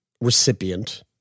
recipient